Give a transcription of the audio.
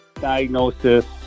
diagnosis